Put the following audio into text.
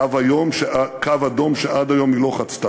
קו אדום שעד היום היא לא חצתה.